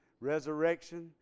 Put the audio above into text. resurrection